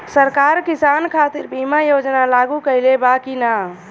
सरकार किसान खातिर बीमा योजना लागू कईले बा की ना?